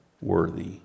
worthy